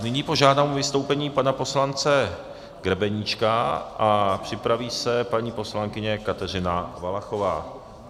Nyní požádám o vystoupení pana poslance Grebeníčka a připraví se paní poslankyně Kateřina Valachová.